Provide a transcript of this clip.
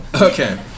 Okay